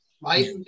right